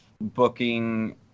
booking